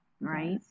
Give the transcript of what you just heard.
right